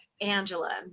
Angela